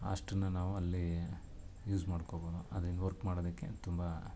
ಅಷ್ಟನ್ನ ನಾವು ಅಲ್ಲಿ ಯೂಸ್ ಮಾಡ್ಕೋಬೋದು ಅದ್ರಿಂದ ವರ್ಕ್ ಮಾಡೋದಕ್ಕೆ ತುಂಬ